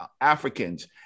Africans